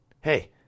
hey